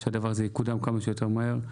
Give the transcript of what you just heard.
כדי שהדבר זה יקודם כמה שיותר מהר.